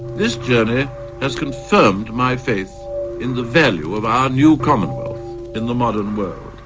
this journey has confirmed my faith in the value of our new commonwealth in the modern world.